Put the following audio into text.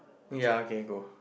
yeah okay go